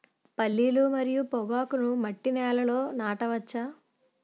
పల్లీలు మరియు పొగాకును మట్టి నేలల్లో నాట వచ్చా?